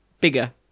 bigger